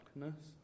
Darkness